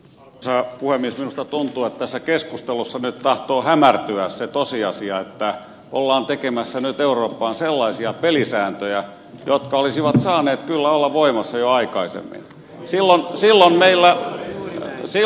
minusta tuntuu että tässä keskustelussa nyt tahtoo hämärtyä se tosiasia että nyt ollaan tekemässä eurooppaan sellaisia pelisääntöjä jotka olisivat saaneet kyllä olla voimassa jo aikaisin silloin sillä meillä on aikaisemmin